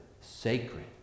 sacred